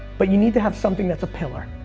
but you need to have something that's a pillar.